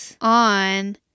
on